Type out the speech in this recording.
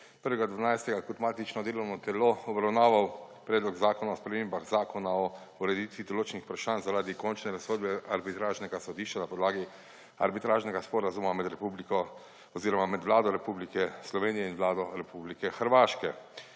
1. 12. kot matično delovno telo obravnaval Predlog zakona o spremembah Zakona o ureditvi določenih vprašanj zaradi končne razsodbe arbitražnega sodišča na podlagi Arbitražnega sporazuma med Vlado Republike Slovenije in Vlado Republike Hrvaške,